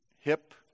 hip